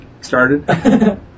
started